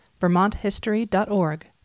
vermonthistory.org